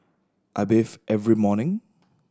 I bathe every morning